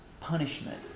Punishment